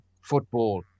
football